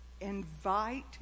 invite